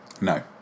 No